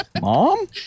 Mom